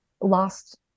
lost